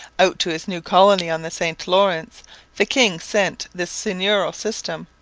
out to his new colony on the st lawrence the king sent this seigneurial system.